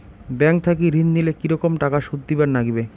Bank থাকি ঋণ নিলে কি রকম টাকা সুদ দিবার নাগিবে?